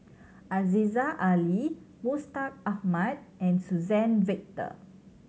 Aziza Ali Mustaq Ahmad and Suzann Victor